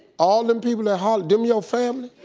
all them people that hollered, them your family?